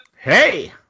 hey